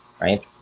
right